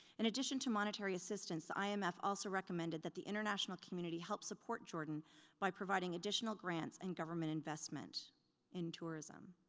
in addition to monetary assistance the imf also recommended that the international community help support jordan by providing additional grants and government investment in tourism.